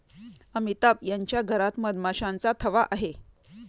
अमिताभ यांच्या घरात मधमाशांचा थवा आहे